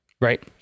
right